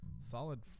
solid